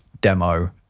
demo